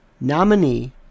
nominee